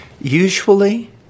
Usually